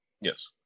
yes